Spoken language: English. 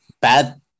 bad